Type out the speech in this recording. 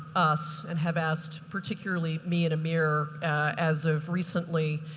us, and have asked particularly me and amir as of recently,